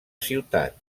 ciutat